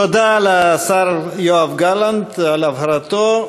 תודה לשר יואב גלנט על הבהרתו.